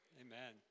Amen